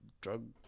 Drug